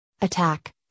attack